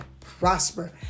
prosper